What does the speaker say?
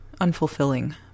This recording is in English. unfulfilling